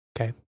Okay